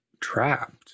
trapped